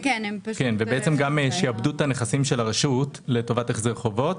גם שעבדו את הנכסים של הרשות לטובת החזר חובות.